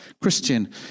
Christian